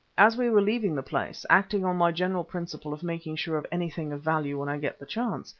as we were leaving the place, acting on my general principle of making sure of anything of value when i get the chance,